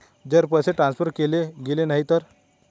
जर पैसे ट्रान्सफर केले गेले नाही तर?